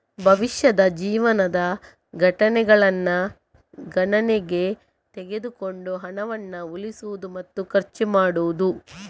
ಭವಿಷ್ಯದ ಜೀವನದ ಘಟನೆಗಳನ್ನ ಗಣನೆಗೆ ತೆಗೆದುಕೊಂಡು ಹಣವನ್ನ ಉಳಿಸುದು ಮತ್ತೆ ಖರ್ಚು ಮಾಡುದು